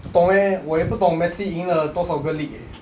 不懂 eh 我也是不懂 messi 赢了多少个 league eh